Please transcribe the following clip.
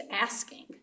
asking